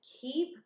keep